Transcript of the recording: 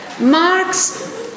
Marx